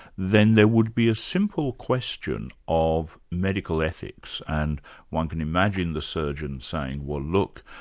then there would be a simple question of medical ethics, and one can imagine the surgeon saying, well look,